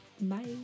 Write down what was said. Bye